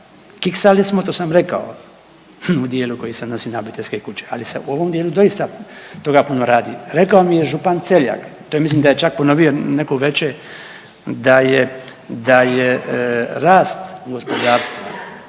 Kiksali smo to sam rekao u dijelu koji se odnosi na obiteljske kuće, ali se u ovom dijelu doista puno toga radi. Rekao mi je župan Celjak, to mislim da je čak ponovio neku veče da je rast gospodarstva,